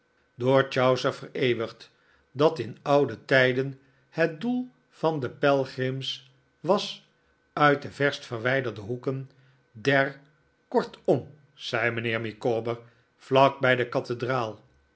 door chaucer vereeuwigd dat in oude tijden het doel van de pelgrims was uit de verst verwijderde hoeken der kortom zei mijnheer micawber vlak bij de kathedraal